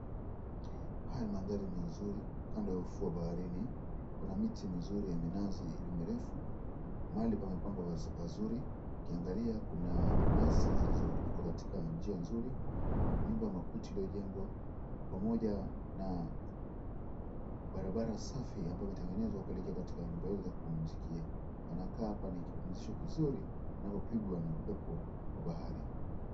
Haya ni mandhari mazuri kando ya ufuo wa baharini. Kuna miti mizuri ya minazi iliyo mirefu. Mahali pamepambwa pazuri. Ukiangalia kuna nyasi zilizo ziko katika njia nzuri. Nyumba ya makuti iliyojengwa pamoja na barabara safi ambayo imetengenezwa kuelekea katika nyumba hizo za kupumzikia. Panakaa hapa ni kipumzisho kizuri unapopigwa na upepo wa bahari.